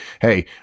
hey